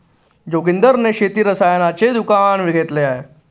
जोगिंदर ने शेती रसायनाचे दुकान घेतले आहे